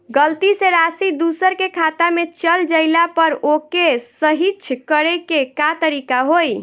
गलती से राशि दूसर के खाता में चल जइला पर ओके सहीक्ष करे के का तरीका होई?